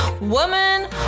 woman